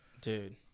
Dude